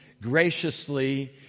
graciously